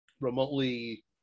remotely